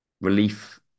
relief